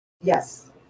Yes